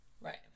Right